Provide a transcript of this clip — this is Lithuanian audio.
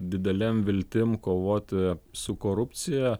didelėm viltim kovoti su korupcija